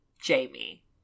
Jamie